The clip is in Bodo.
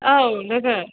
औ लोगो